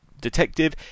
detective